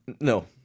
No